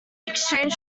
exchange